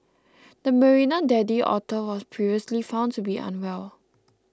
the Marina daddy otter was previously found to be unwell